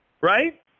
Right